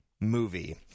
movie